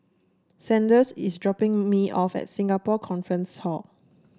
Sanders is dropping me off at Singapore Conference Hall